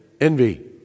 Envy